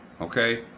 okay